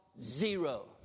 zero